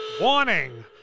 warning